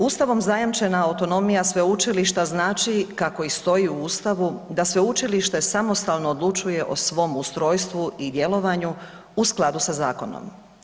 Ustavom zajamčena autonomija sveučilišta znači kako i stoji u Ustavu, da sveučilište samostalno odlučuje o svom ustrojstvu i djelovanju u skladu sa zakonom.